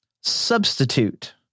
substitute